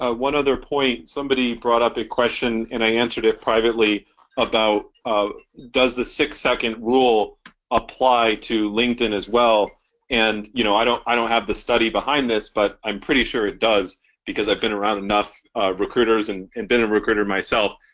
ah one other point somebody brought up in question and i answered it privately about does the six second rule apply to linkedin as well and you know i don't i don't have the study behind this, but i'm pretty sure it does because i've been around enough recruiters and been a recruiter myself,